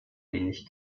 wenig